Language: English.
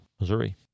Missouri